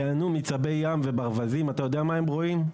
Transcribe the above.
ייהנו מצבי ים וברווזים אתה יודע מה הם רואים?